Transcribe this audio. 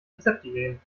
rezeptideen